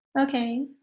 Okay